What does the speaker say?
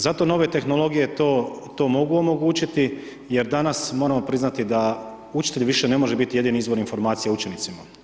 Zato nove tehnologije to mogu omogućiti jer danas moramo priznati da učitelj ne može biti jedini izvor informacija učenicima.